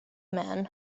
man